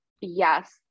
yes